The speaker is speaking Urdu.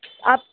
آپ